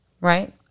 right